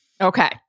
Okay